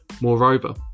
Moreover